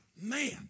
man